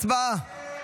הצבעה.